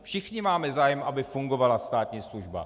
Všichni máme zájem, aby fungovala státní služba.